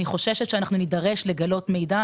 ואני חוששת שאנחנו נידרש לגלות מידע,